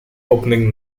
opening